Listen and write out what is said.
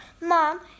Mom